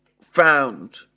found